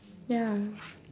ya